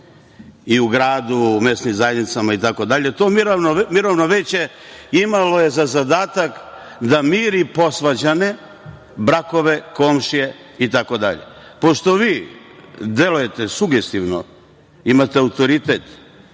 i u gradu, mesnim zajednicama itd. To mirovno veće je imalo za zadatak da miri posvađane, brakove, komšije itd. Pošto vi delujete sugestivno, imate autoritet,